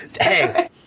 Hey